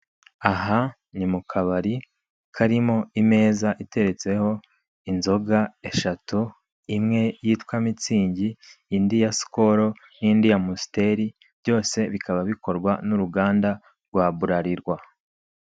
Aha ni mu kabari kariho imeza iteretseho inzoga eshatu imwe yitwa mitsingi, indi ya sikoro n'indi ya musiteri byose bikaba bikorwa n'uruganda rwa burarirwa.